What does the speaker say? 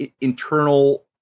internal